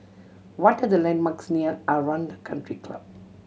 what are the landmarks near Aranda Country Club